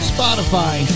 Spotify